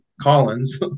Collins